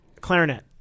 Clarinet